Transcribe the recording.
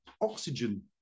oxygen